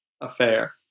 affair